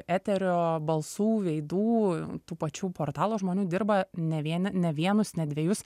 eterio balsų veidų tų pačių portalo žmonių dirba ne vien ne vienus ne dvejus